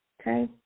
Okay